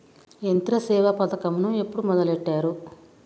యంత్రసేవ పథకమును ఎప్పుడు మొదలెట్టారు?